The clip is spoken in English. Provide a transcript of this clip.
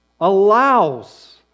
allows